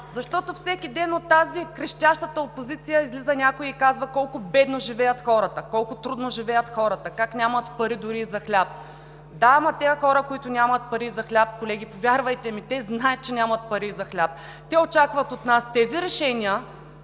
Защото всеки ден от тази крещяща опозиция излиза някой и казва колко бедно живеят хората, колко трудно живеят хората, как нямат пари дори и за хляб. Да, ама тези хора, които нямат пари и за хляб, колеги, повярвайте ми, те знаят, че нямат пари и за хляб. Те очакват от нас тези решения,